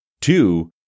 Two